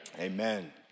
amen